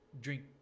drink